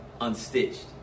Unstitched